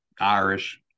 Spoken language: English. Irish